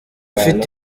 ufite